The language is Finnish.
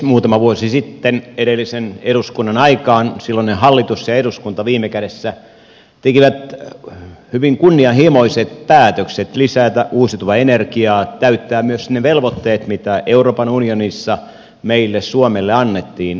muutama vuosi sitten edellisen eduskunnan aikaan silloinen hallitus ja eduskunta viime kädessä tekivät hyvin kunnianhimoiset päätökset lisätä uusiutuvaa energiaa täyttää myös ne velvoitteet mitä euroopan unionissa suomelle annettiin uusiutuvan lisäämisessä